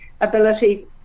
ability